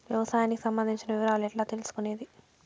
వ్యవసాయానికి సంబంధించిన వివరాలు ఎట్లా తెలుసుకొనేది?